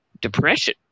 depression